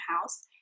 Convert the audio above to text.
house